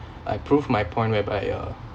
I prove my point whereby uh